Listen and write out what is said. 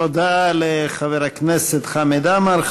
תודה לחבר הכנסת חמד עמאר.